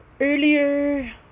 Earlier